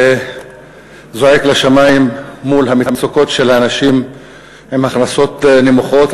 זה זועק לשמים מול המצוקות של האנשים עם הכנסות נמוכות,